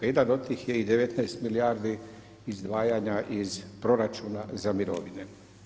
Jedan od tih je i 19 milijardi izdvajanja iz proračuna za mirovine.